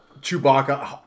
Chewbacca